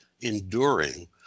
enduring